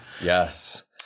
Yes